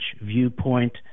viewpoint